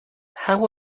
how